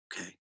Okay